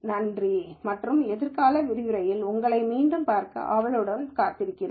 நன்றி மற்றும் எதிர்கால விரிவுரையில் உங்களை மீண்டும் பார்க்க ஆவலுடன் காத்திருக்கிறேன்